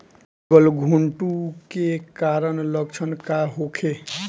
गलघोंटु के कारण लक्षण का होखे?